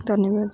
ଧନ୍ୟବାଦ